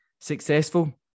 successful